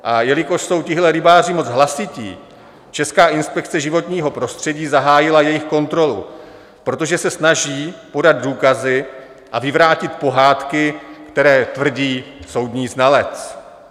A jelikož jsou tihle rybáři moc hlasití, Česká inspekce životního prostředí zahájila jejich kontrolu, protože se snaží podat důkazy a vyvrátit pohádky, které tvrdí soudní znalec.